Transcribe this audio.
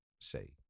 say